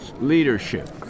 leadership